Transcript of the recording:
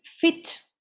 fit